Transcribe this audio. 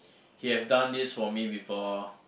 he have done this for me before